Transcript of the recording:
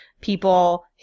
people